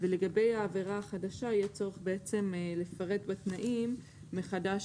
ולגבי העבירה החדשה יהיה צורך לפרט בתנאים מחדש